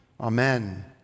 Amen